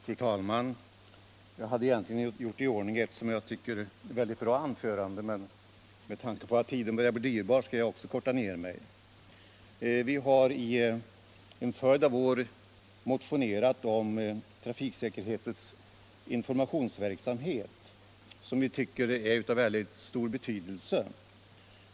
Fru talman! Jag hade gjort i ordning ett som jag tycker väldigt bra anförande, men med tanke på att tiden börjar bli dyrbar skall jag också fatta mig kort. Vi har under en följd av år motionerat om trafiksäkerhetens informationsverksamhet, som vi tycker är av stor betydelse.